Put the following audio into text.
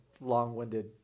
long-winded